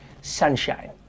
Sunshine